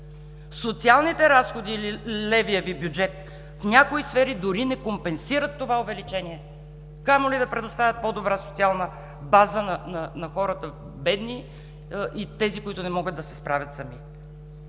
Социалните разходи в „левия“ Ви бюджет в някои сфери дори не компенсират това увеличение, камо ли да предоставят по-добра социална база на бедните хора и тези, които не могат да се справят сами.